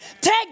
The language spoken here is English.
Take